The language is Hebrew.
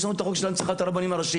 יש לנו את החוק של הנצחת הרבנים הראשיים.